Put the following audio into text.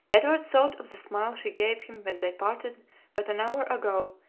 edward thought of the smile she gave him when they parted but an hour ago,